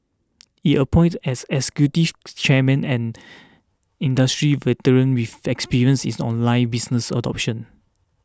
it appointed as executive chairman and industry veteran with experience in online business adoption